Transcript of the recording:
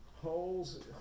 holes